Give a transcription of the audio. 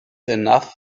enough